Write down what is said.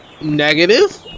Negative